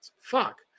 fuck